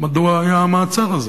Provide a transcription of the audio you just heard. מדוע היה המעצר הזה,